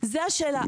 זו השאלה.